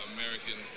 American